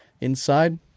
Inside